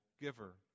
giver